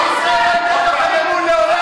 אתם, עם ישראל לא ייתן בכם אמון לעולם.